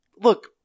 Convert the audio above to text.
Look